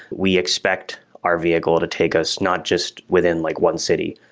we expect our vehicle to take us not just within like one city.